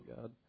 God